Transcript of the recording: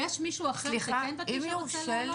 יש מישהו אחר שכן בקיא שרוצה לעלות?